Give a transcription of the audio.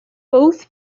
both